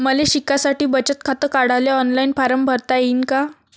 मले शिकासाठी बचत खात काढाले ऑनलाईन फारम भरता येईन का?